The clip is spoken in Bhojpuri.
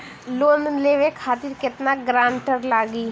लोन लेवे खातिर केतना ग्रानटर लागी?